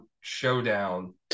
Showdown